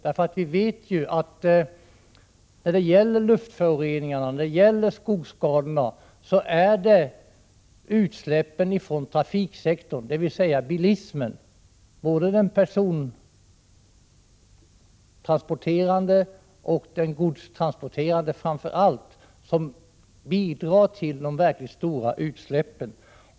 När det gäller luftföroreningar och skogsskador vet vi ju att det är trafiksektorn, bilismen, den persontransporterande och framför allt den godstransporterande, som bidrar till de verkligt stora utsläppen.